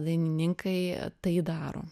dainininkai tai daro